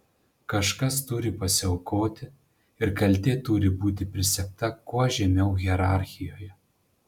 kažkas turi pasiaukoti ir kaltė turi būti prisegta kuo žemiau hierarchijoje